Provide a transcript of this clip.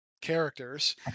characters